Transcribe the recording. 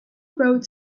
wrote